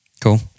Cool